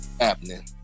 happening